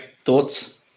thoughts